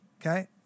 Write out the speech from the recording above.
okay